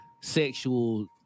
sexual